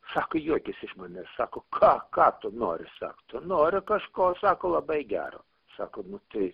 sako juokiasi iš manęs sako ką ką tu nori sak tu nori kažko sako labai gero sako nu tai